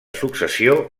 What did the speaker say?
successió